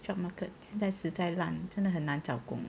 小 market 现在实在懒真的很难找工